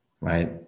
right